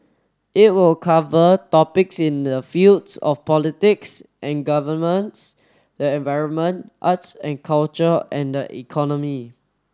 it will cover topics in the fields of politics and governance the environment arts and culture and the economy